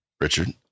Richard